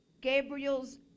Gabriel's